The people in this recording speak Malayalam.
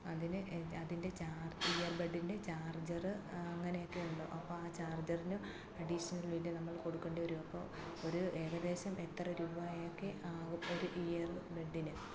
അതിന് അതിൻ്റെ ചാർജ് ഇയർ ബെഡിൻ്റെ ചാർജർ അങ്ങനെയൊക്കെ ഉണ്ടോ അപ്പോൾ ആ ചാർജറിനും അഡിഷണൽ ബില്ല് നമ്മൾ കൊടുക്കേണ്ടി വരുമോ അപ്പോൾ ഒരു ഏകദേശം എത്ര രൂപായൊക്കെ ആവും ഒരു ഇയർ ബെഡിന്